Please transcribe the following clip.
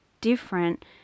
different